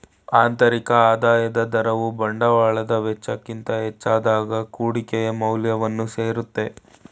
ಆಂತರಿಕ ಆದಾಯದ ದರವು ಬಂಡವಾಳದ ವೆಚ್ಚಕ್ಕಿಂತ ಹೆಚ್ಚಾದಾಗ ಕುಡಿಕೆಯ ಮೌಲ್ಯವನ್ನು ಸೇರುತ್ತೆ